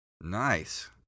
Nice